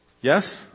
Yes